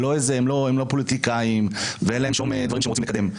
הם לא פוליטיקאים ואין להם שום דברים שהם רוצים לקדם,